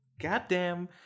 goddamn